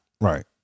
Right